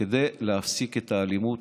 כדי להפסיק את האלימות